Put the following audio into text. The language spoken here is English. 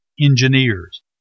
Engineers